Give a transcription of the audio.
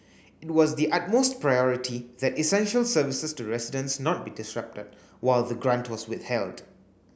it was the utmost priority that essential services to residents not be disrupted while the grant was withheld